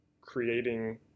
creating